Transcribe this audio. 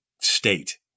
state